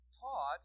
taught